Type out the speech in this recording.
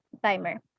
timer